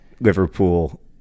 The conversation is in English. liverpool